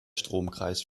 stromkreis